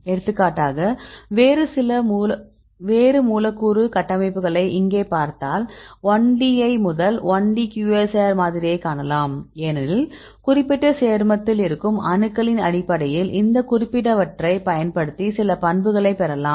எடுத்துக்காட்டாக வேறு மூலக்கூறு கட்டமைப்புகளை இங்கே பார்த்தால் 1D ஐ முதல் 1D QSAR மாதிரியைக் காணலாம் ஏனெனில் குறிப்பிட்ட சேர்மத்தில் இருக்கும் அணுக்களின் அடிப்படையில் இந்த குறிப்பிட்டவற்றைப் பயன்படுத்தி சில பண்புகளை பெறலாம்